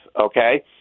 Okay